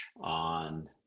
on